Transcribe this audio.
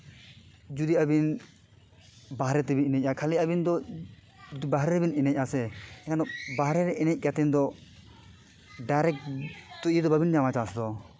ᱡᱩᱫᱤ ᱟᱹᱵᱤᱱ ᱵᱟᱦᱨᱮ ᱛᱮᱵᱤᱱ ᱮᱱᱮᱡᱟ ᱠᱷᱟᱹᱞᱤ ᱟᱹᱵᱤᱱ ᱫᱚ ᱵᱟᱦᱨᱮ ᱨᱮᱵᱤᱱ ᱮᱱᱮᱡ ᱟᱥᱮ ᱮᱱᱫᱚ ᱵᱟᱦᱨᱮ ᱮᱱᱮᱡ ᱠᱟᱛᱮᱫ ᱫᱚ ᱰᱟᱭᱨᱮᱠᱴ ᱛᱚ ᱤᱭᱟᱹ ᱫᱚ ᱵᱟᱹᱵᱤᱱ ᱧᱟᱢᱟ ᱪᱟᱱᱥ ᱫᱚ